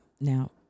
Now